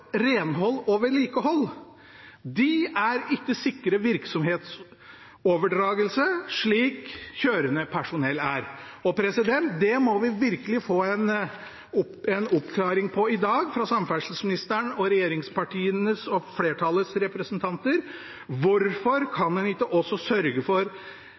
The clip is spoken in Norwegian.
renhold og vedlikehold – de er ikke sikret virksomhetsoverdragelse, slik kjørende personell er. Det må vi virkelig få en oppklaring av i dag fra samferdselsministeren og regjeringspartienes og flertallets representanter: Hvorfor kan en ikke også sørge for